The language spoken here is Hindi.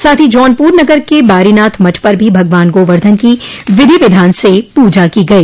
साथ ही जौनपुर नगर के बारीनाथ मठ पर भी भगवान गोवर्धन की विधि विधान से पूजा की गई